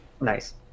Nice